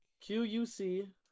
Q-U-C